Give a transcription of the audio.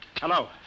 Hello